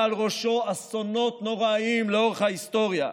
על ראשו אסונות נוראיים לאורך ההיסטוריה.